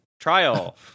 Trial